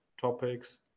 topics